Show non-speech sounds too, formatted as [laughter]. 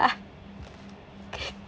[laughs]